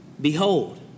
Behold